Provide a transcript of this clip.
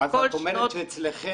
כפי שתיארתי,